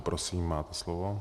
Prosím, máte slovo.